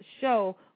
show